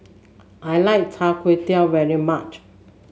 I like Char Kway Teow very much